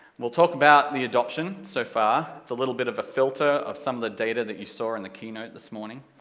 we'll talk about the adoption, so far, it's a little bit of a filter of some of the data that you saw in the keynote this morning.